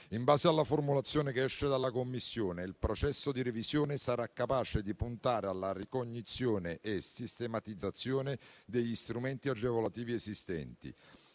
In base alla formulazione che esce dalla Commissione, il processo di revisione sarà capace di puntare alla ricognizione e sistematizzazione degli strumenti agevolativi esistenti